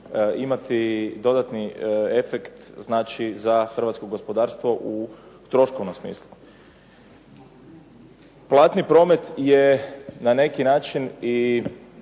imati dodatni efekt znači za hrvatsko gospodarstvo u troškovnom smislu. Platni promet je na neki način